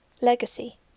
legacy